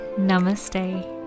Namaste